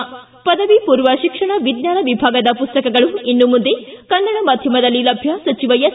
ಿ ಪದವಿ ಪೂರ್ವ ಶಿಕ್ಷಣ ವಿಜ್ಞಾನ ವಿಭಾಗದ ಪುಸ್ತಕಗಳು ಇನ್ನು ಮುಂದೆ ಕನ್ನಡ ಮಾಧ್ಯಮದಲ್ಲಿ ಲಭ್ಯ ಸಚಿವ ಎಸ್